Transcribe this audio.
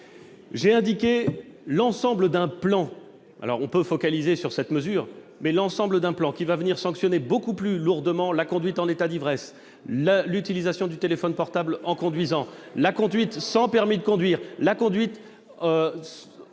dans le cadre d'un plan, grâce auquel seront sanctionnées beaucoup plus lourdement la conduite en état d'ivresse, l'utilisation du téléphone portable en conduisant, la conduite sans permis de conduire, la conduite